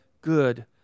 good